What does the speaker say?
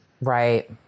Right